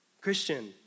Christian